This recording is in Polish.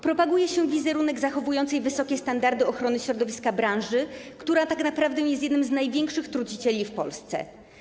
Propaguje się wizerunek zachowującej wysokie standardy ochrony środowiska branży, która tak naprawdę jest jednym z największych trucicieli w Polsce.